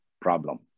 problem